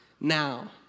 now